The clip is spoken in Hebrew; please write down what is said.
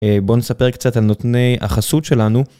בואו נספר קצת על נותני החסות שלנו.